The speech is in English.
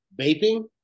vaping